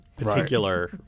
particular